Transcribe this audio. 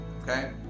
okay